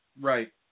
right